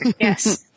Yes